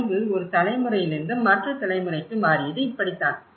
அறிவு ஒரு தலைமுறையிலிருந்து மற்ற தலைமுறைக்கு மாறியது இப்படிதான்